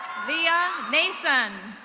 via mason.